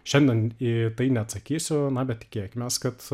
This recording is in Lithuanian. šiandien į tai neatsakysiu na bet tikėkimės kad